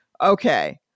okay